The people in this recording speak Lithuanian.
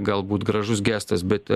galbūt gražus gestas bet